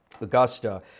Augusta